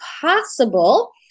possible